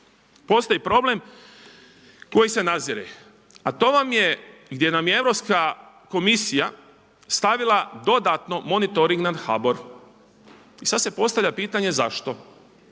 postoji problem koji se nadzire, a to vam je gdje nam je Europska komisija stavila dodatno monitoring nad HBOR. I sada se postavlja pitanje zašto?